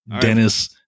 Dennis